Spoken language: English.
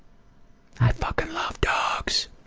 i fucking love dogs.